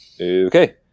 Okay